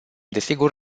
desigur